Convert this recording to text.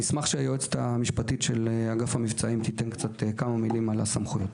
אני אשמח שהיועצת המשפטית של אגף המבצעים תפרט על הסמכויות.